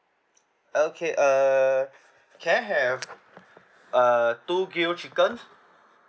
okay err can I have uh two grilled chicken